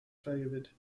flavored